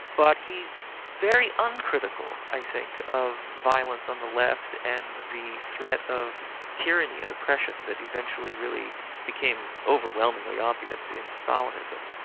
but he's very uncritical, i think, of violence on the left and the threat of tyranny and oppression that eventually really became overwhelmingly obvious in stalinism.